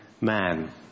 man